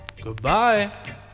Goodbye